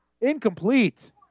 Incomplete